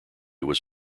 was